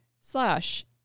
slash